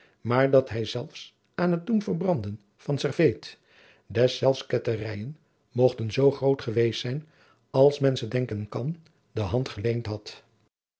maar dat hij zelfs aan het doen verbranden van serveet deszelfs ketterijen mogten zoo groot geweest zijn als men ze denken kan de hand geleend had